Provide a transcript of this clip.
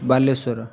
Baleswar